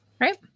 Right